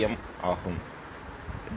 M ஆகும் D